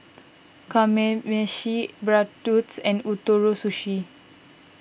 Kamameshi Bratwurst and Ootoro Sushi